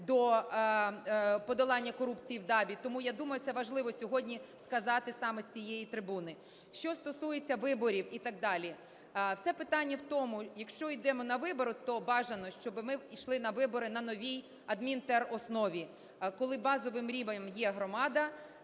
до подолання корупції в ДАБІ. Тому я думаю, це важливо сьогодні сказати саме з цієї трибуни. Що стосується виборів і так далі. Все питання в тому, якщо йдемо на вибори, то бажано, щоб ми йшли на вибори на новій адмінтероснові, коли базовим рівнем є громада,